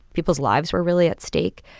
people's lives were really at stake.